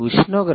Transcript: ఉష్ణోగ్రత 36